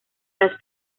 las